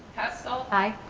hessel. i.